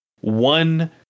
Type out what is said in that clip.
one